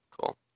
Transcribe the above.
Cool